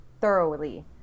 thoroughly